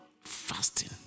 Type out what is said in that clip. fasting